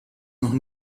noch